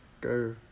go